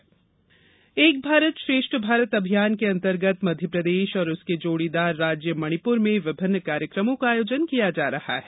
एक भारत श्रेष्ठ भारत ग्वालियर एक भारत श्रेष्ठ भारत अभियान के अंतर्गत मध्यप्रदेश और उसके जोड़ीदार राज्य मणिपुर में विभिन्न कार्यक्रमों का आयोजन किया जा रहा है